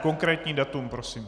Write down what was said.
Konkrétní datum prosím.